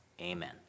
amen